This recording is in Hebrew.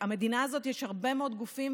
במדינה הזו יש הרבה מאוד גופים,